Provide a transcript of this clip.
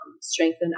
strengthen